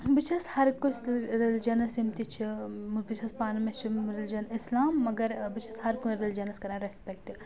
بہٕ چھَس ہر کٲنٛسہِ رلِجَنس یِم تہِ چھِ بہٕ چھَس پانہٕ مےٚ چھِ رِلِجَن اِسلام مگر بہٕ چھَس ہر کُنہِ رِلِجَنَس کَران ریٚسپیکٹہٕ